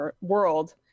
world